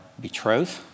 betrothed